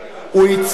הוא יצא.